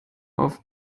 auf